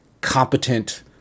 competent